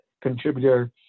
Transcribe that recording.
contributor